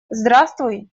здравствуй